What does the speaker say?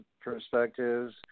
perspectives